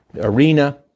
arena